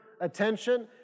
attention